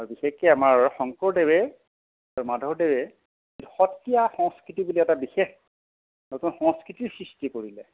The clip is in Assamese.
আৰু বিশেষকৈ আমাৰ শংকৰদেৱে মাধৱদেৱে সত্ৰীয়া সংস্কৃতি বুলি এটা বিশেষ নতুন সংস্কৃতি সৃষ্টি কৰিলে